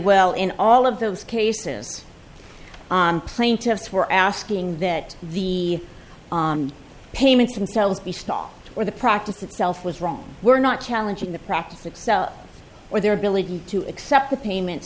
well in all of those cases plaintiffs were asking that the payments themselves be stopped or the practice itself was wrong we're not challenging the practice excel or their ability to accept the payments